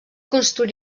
construir